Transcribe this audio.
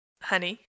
Honey